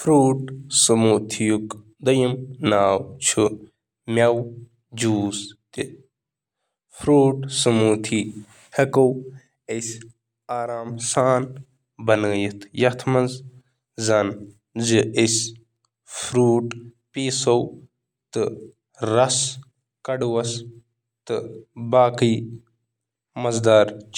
ہموار چھِ تازٕ یا منجمد مٮ۪وٕ تہٕ سبزی مائعس سۭتۍ ملٲوِتھ بناونہٕ یِوان، یتھ کٔنۍ زَن دۄد،